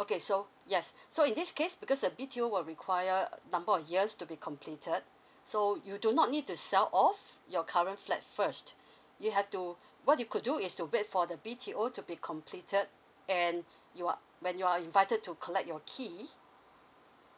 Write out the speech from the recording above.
okay so yes so in this case because a B_T_O will require number of years to be completed so you do not need to sell off your current flat first you have to what you could do is to wait for the B_T_O to be completed and you are when you are invited to collect your key